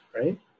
right